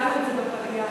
והתחלנו את זה בפגייה.